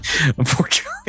unfortunately